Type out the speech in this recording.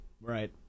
Right